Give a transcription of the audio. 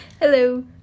Hello